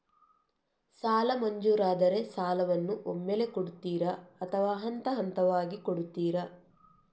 ಸಾಲ ಮಂಜೂರಾದರೆ ಸಾಲವನ್ನು ಒಮ್ಮೆಲೇ ಕೊಡುತ್ತೀರಾ ಅಥವಾ ಹಂತಹಂತವಾಗಿ ಕೊಡುತ್ತೀರಾ?